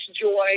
joy